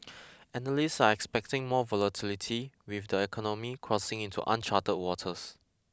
analysts are expecting more volatility with the economy crossing into uncharted waters